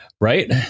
Right